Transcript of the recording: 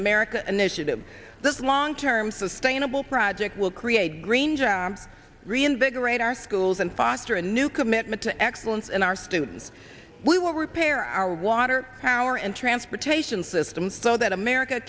america an issue that this long term sustainable project will create green jobs reinvigorate our schools and foster a new commitment to excellence in our students we will repair our water power and transportation systems so that america